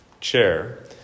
chair